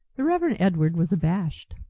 the reverend edward was abashed.